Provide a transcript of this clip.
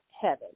heaven